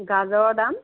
গাজৰৰ দাম